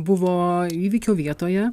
buvo įvykio vietoje